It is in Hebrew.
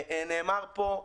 נאמר פה,